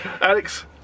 Alex